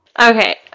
Okay